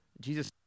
Jesus